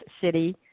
City